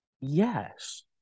yes